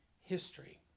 history